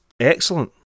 Excellent